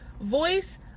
Voice